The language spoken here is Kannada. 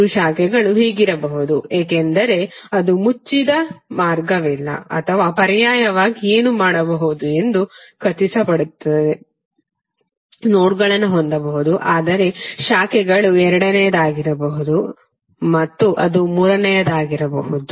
ಮೂರು ಶಾಖೆಗಳು ಹೀಗಿರಬಹುದು ಏಕೆಂದರೆ ಅದು ಯಾವುದೇ ಮುಚ್ಚಿದ ಮಾರ್ಗವಿಲ್ಲ ಅಥವಾ ಪರ್ಯಾಯವಾಗಿ ಏನು ಮಾಡಬಹುದು ಎಂದು ಖಚಿತಪಡಿಸುತ್ತದೆ ನೋಡ್ಗಳನ್ನು ಹೊಂದಬಹುದು ಆದರೆ ಶಾಖೆಗಳು ಎರಡನೆಯದಾಗಿರಬಹುದು ಮತ್ತು ಅದು ಮೂರನೆಯದಾಗಿರಬಹುದು